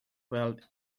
gweld